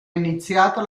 iniziata